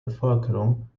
bevölkerung